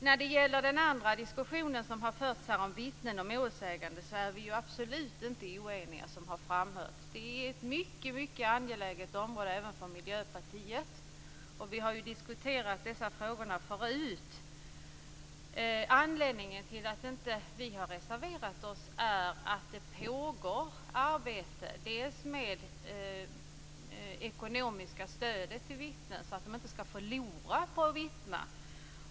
När det gäller den andra diskussionen som har förts här om vittnen och målsägande är vi absolut inte oeniga som har framförts. Det är ett mycket angeläget område även för Miljöpartiet. Vi har ju diskuterat dessa frågor förut. Anledningen till att vi inte har reserverat oss är att det pågår arbete med ekonomiskt stöd till vittnen så att de inte skall förlora på att vittna.